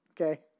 okay